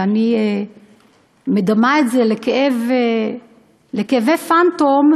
ואני מדמה את זה לכאבי פנטום,